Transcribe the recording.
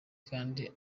kandi